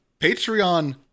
Patreon